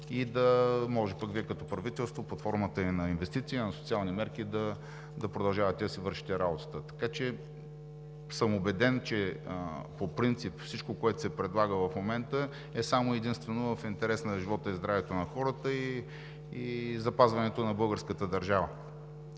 и да може Вие като правителство – под формата и на инвестиция, и на социални мерки, да продължавате да си вършите работата. Убеден съм, че по принцип всичко, което се предлага в момента, е само и единствено в интерес на живота и здравето на хората и запазването на българската държава.